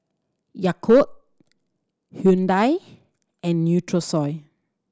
Yakult Hyundai and Nutrisoy